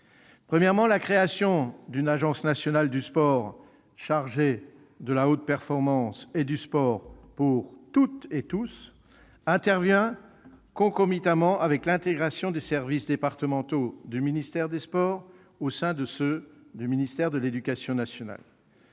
Premièrement, la création d'une agence nationale du sport chargée de la haute performance et du sport pour toutes et tous intervient concomitamment avec l'intégration des services départementaux du ministère des sports au sein de ceux du ministère de l'éducation nationale.